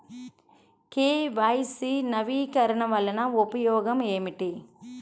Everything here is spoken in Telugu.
కే.వై.సి నవీకరణ వలన ఉపయోగం ఏమిటీ?